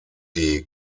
die